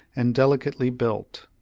and delicately built.